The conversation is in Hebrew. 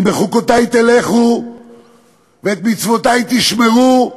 אם בחוקותי תלכו ואת מצוותי תשמרו,